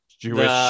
Jewish